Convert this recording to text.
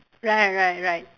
right right right